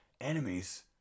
Enemies